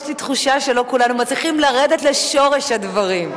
יש לי תחושה שלא כולנו מצליחים לרדת לשורש הדברים.